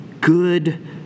good